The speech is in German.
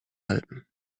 alpen